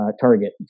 target